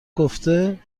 گفته